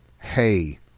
Hey